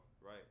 right